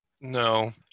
No